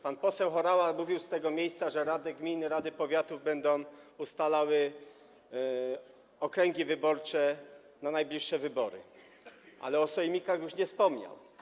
Pan poseł Horała mówił z tego miejsca, że rady gmin i rady powiatów będą ustalały okręgi wyborcze na najbliższe wybory, ale o sejmikach już nie wspomniał.